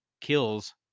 kills